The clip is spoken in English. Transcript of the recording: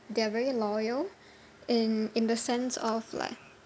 they are very loyal in in the sense of like